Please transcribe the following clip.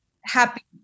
happy